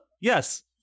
Yes